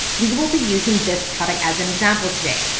we will be using this product as an example today.